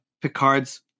picard's